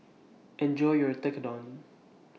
Enjoy your Tekkadon